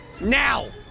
Now